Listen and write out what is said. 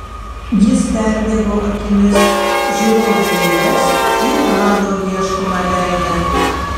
jis perbėgo akimis žiūrovų eiles ir rado ieškomą veidą